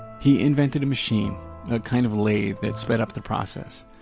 he invented a machine, a kind of lathe that sped up the process.